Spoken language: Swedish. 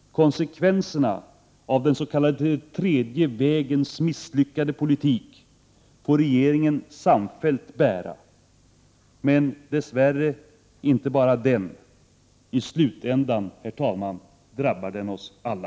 Konsekvenserna av den s.k. tredje vägens misslyckade politik får regeringen samfällt bära. Men dess värre inte bara den. I slutändan drabbar den oss alla.